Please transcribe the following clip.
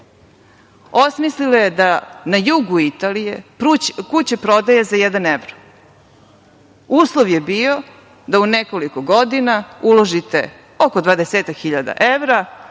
osmislila je da na jugu Italije kuće prodaje za jedan evro. Uslov je bio da u nekoliko godina uložite oko 20.000 evra,